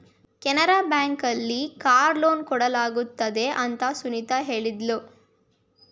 Canara bank ಅಲ್ಲಿ car loan ಕೊಡಲಾಗುತ್ತದೆ ಅಂತ ಸುನಿತಾ ಹೇಳಿದ್ಲು